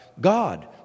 God